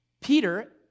Peter